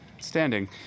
standing